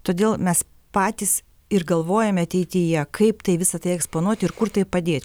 todėl mes patys ir galvojame ateityje kaip tai visa tai eksponuoti ir kur tai padėt